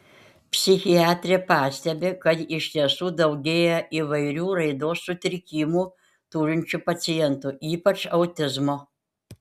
psichiatrė pastebi kad iš tiesų daugėja įvairių raidos sutrikimų turinčių pacientų ypač autizmo